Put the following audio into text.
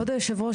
כבוד היושב ראש,